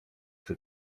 czy